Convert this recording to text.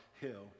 Hill